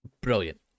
brilliant